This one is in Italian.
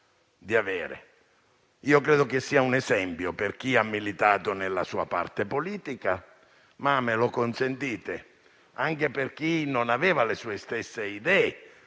di avere. Credo che egli sia un esempio, per chi ha militato nella sua parte politica, ma, consentitemelo, anche per chi non aveva le sue stesse idee,